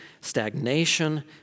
stagnation